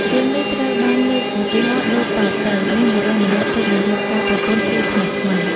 រឿងនេះត្រូវបានលើកឧទាហរណ៍ដូចតទៅ៖ មានបុរសម្នាក់ទើបនឹងរៀបការប្រពន្ធរួចថ្មីៗ។